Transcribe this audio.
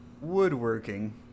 woodworking